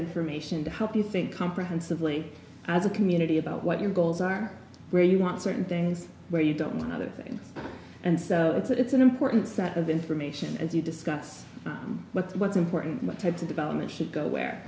information to help you think comprehensively as a community about what your goals are where you want certain things where you don't want other things and so it's an important set of information as you discuss what's important what types of development she go where